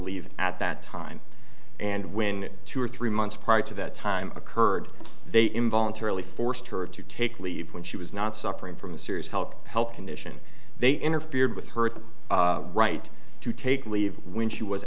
leave at that time and when two or three months prior to that time occurred they involuntarily forced her to take leave when she was not suffering from a serious help health condition they interfered with her right to take leave when she was